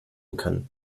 kann